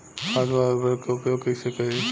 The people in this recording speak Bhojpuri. खाद व उर्वरक के उपयोग कईसे करी?